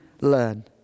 learn